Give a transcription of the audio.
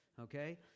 okay